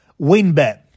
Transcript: WinBet